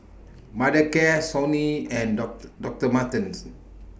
Mothercare Sony and Doctor Doctor Martens